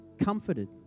comforted